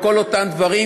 בכל אותם דברים,